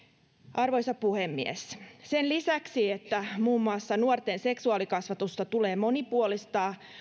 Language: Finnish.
arvoisa puhemies sen lisäksi että muun muassa nuorten seksuaalikasvatusta tulee monipuolistaa